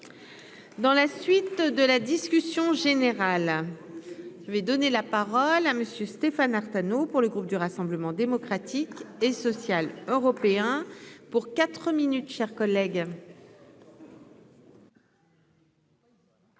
dans la suite de la discussion générale, je vais donner la parole à monsieur Stéphane Artano pour le groupe du Rassemblement démocratique et social européen pour quatre minutes chers collègues.